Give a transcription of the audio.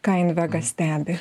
ką invega stebi